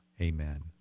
amen